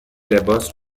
لباس